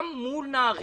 גם מול נהרייה,